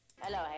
Hello